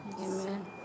Amen